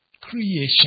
creation